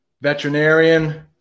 veterinarian